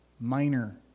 minor